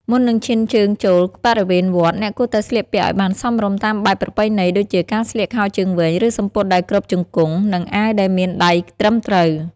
មុននឹងឈានជើងចូលក្នុងបរិវេណវត្ត អ្នកគួរតែស្លៀកពាក់ឱ្យបានសមរម្យតាមបែបប្រពៃណី ដូចជាការស្លៀកខោជើងវែង ឬសំពត់ដែលគ្របជង្គង់ និងអាវដែលមានដៃត្រឹមត្រូវ។